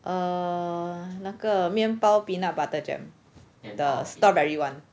err 那个面包 peanut butter jam the strawberry [one]